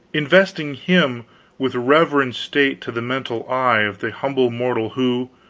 investing him with reverend state to the mental eye of the humble mortal who,